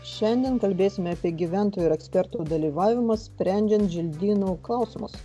šiandien kalbėsime apie gyventojų ir ekspertų dalyvavimą sprendžiant želdynų klausimus